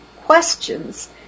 questions